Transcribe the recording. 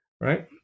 right